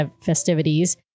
festivities